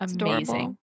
amazing